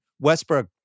Westbrook